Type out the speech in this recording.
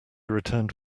returned